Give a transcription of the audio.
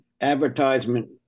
advertisement